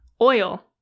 oil